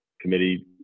committee